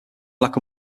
black